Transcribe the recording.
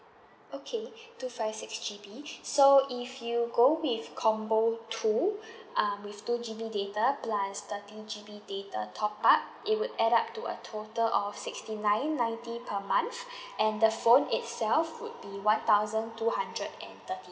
okay two five six G_B so if you go with combo two um with two G_B data plus thirty G_B data top up it would add up to a total of sixty nine ninety per month and the phone itself would be one thousand two hundred and thirty